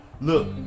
Look